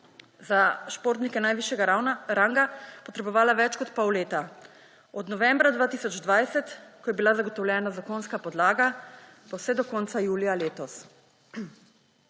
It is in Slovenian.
za športnike najvišjega ranga potrebovala več kot pol leta. Od novembra 2020, ko je bila zagotovljena zakonska podlaga, pa vse od konca julija letos.